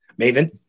Maven